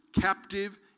captive